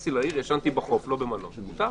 נכנסתי לעיר וישנתי בחוף, לא במלון, מותר.